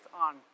on